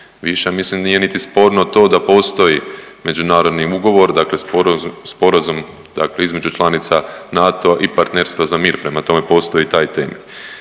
Više mislim nije niti sporno to da postoji međunarodni ugovor, dakle sporazum dakle između članica NATO-a i Partnerstva za mir. Prema tome, postoji i taj termin.